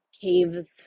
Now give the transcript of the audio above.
caves